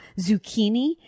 zucchini